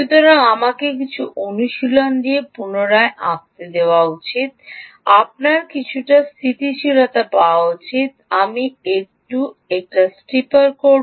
সুতরাং আমাকে কিছু অনুশীলন দিয়ে পুনরায় আঁকতে দেওয়া উচিত আপনার কিছুটা স্থিতিশীলতা পাওয়া উচিত আমি এটিকে একটু স্টিপার করব